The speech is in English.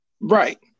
Right